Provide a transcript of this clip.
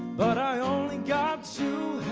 but i only got